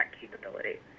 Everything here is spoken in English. capability